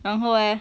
然后 eh